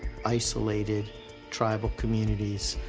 isolated tribal communities,